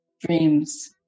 dreams